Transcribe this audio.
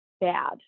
bad